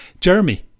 Jeremy